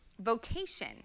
Vocation